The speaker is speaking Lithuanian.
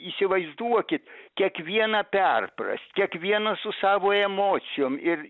įsivaizduokit kiekvieną perprast kiekvienas su savo emocijom ir